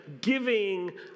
giving